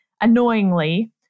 annoyingly